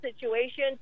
situation